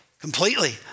completely